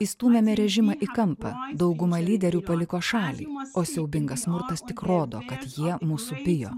įstūmėme režimą į kampą dauguma lyderių paliko šalį o siaubingas smurtas tik rodo kad jie mūsų bijo